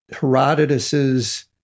Herodotus's